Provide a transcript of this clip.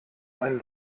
ein